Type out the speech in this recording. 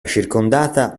circondata